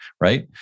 Right